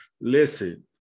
listen